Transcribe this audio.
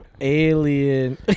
alien